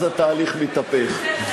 אז התהליך מתהפך.